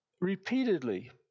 repeatedly